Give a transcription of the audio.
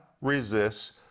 resists